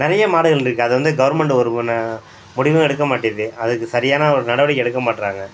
நிறைய மாடுகளிருக்கு அதை வந்து கவர்மெண்டு ஒரு ஒன்ன முடிவும் எடுக்கமாட்டிது அதுக்கு சரியான ஒரு நடவடிக்கை எடுக்கமாட்கிறாங்க